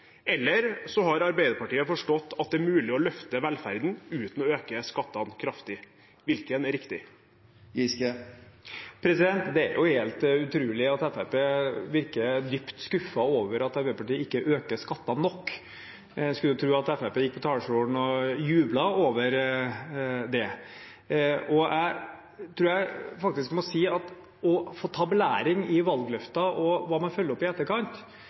eller så har Arbeiderpartiet forstått at det er mulig å løfte velferden uten å øke skattene kraftig. Hva er riktig? Det er jo helt utrolig at Fremskrittspartiet virker dypt skuffet over at Arbeiderpartiet ikke øker skattene nok. Man skulle tro at Fremskrittspartiet ville gå på talerstolen og juble over det. Når jeg blir belært om valgløfter og hva man følger opp i etterkant,